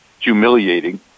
humiliating